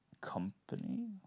company